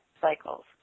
cycles